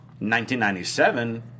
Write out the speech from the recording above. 1997